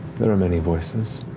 there are many voices.